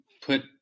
put